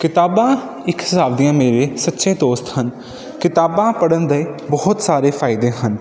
ਕਿਤਾਬਾਂ ਇੱਕ ਹਿਸਾਬ ਦੀਆਂ ਮੇਰੇ ਸੱਚੇ ਦੋਸਤ ਹਨ ਕਿਤਾਬਾਂ ਪੜ੍ਹਨ ਦੇ ਬਹੁਤ ਸਾਰੇ ਫ਼ਾਇਦੇ ਹਨ